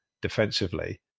defensively